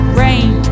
rain